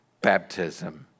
baptism